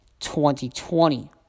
2020